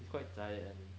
it's quite zai and